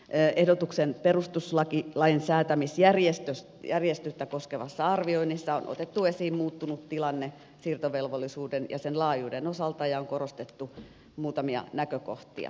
ehdotuksen perustuslain säätämisjärjestystä koskevassa arvioinnissa on otettu esiin muuttunut tilanne siirtovelvollisuuden ja sen laajuuden osalta ja on korostettu muutamia näkökohtia